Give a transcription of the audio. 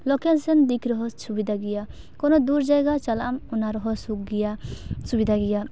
location ᱫᱤᱠ ᱨᱮᱦᱚᱸ ᱥᱩᱵᱤᱫᱟ ᱜᱮᱭᱟ ᱠᱳᱱᱳ ᱫᱩᱨ ᱡᱟᱭᱜᱟ ᱪᱟᱞᱟᱜ ᱟᱢ ᱚᱱᱟ ᱨᱮᱦᱚᱸ ᱥᱩᱠ ᱜᱮᱭᱟ ᱥᱩᱵᱤᱫᱟ ᱜᱮᱭᱟ